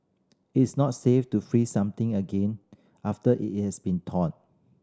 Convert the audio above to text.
it is not safe to freeze something again after it has been thawed